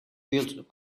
built